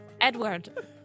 Edward